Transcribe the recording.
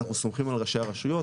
אנחנו סומכים על ראשי הרשויות,